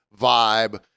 vibe